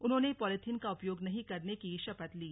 उन्होंने पॉलीथिन का उपयोग नहीं करने की शपथ ली